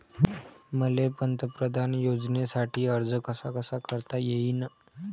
मले पंतप्रधान योजनेसाठी अर्ज कसा कसा करता येईन?